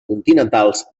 continentals